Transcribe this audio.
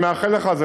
אני מאחל לך,